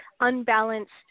unbalanced